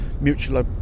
mutual